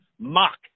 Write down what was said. mock